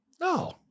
No